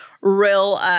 real